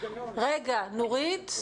אני מכירה את התקציב של מבחני התמיכות,